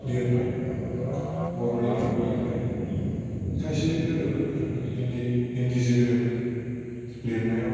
लिरनाय बर'नि रावखौ लिरनाय खायसे गोरोबो गोरोबनाया हिन्दी हिन्दीजों गोरोबो लिरनायाव